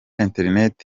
internet